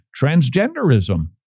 transgenderism